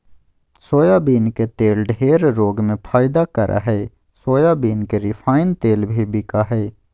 soybean के तेल ढेर रोग में फायदा करा हइ सोयाबीन के रिफाइन तेल भी बिका हइ